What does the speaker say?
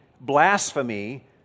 blasphemy